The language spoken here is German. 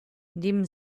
neben